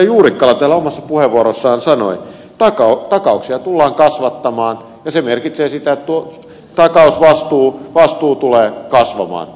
juurikkala täällä omassa puheenvuorossaan sanoi että takauksia tullaan kasvattamaan ja se merkitsee sitä että takausvastuu tulee kasvamaan